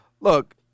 Look